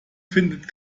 findet